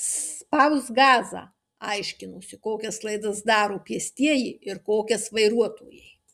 spausk gazą aiškinosi kokias klaidas daro pėstieji ir kokias vairuotojai